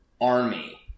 army